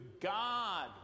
God